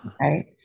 right